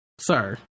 sir